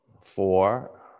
Four